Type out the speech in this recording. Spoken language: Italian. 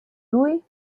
lui